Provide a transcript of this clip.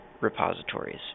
repositories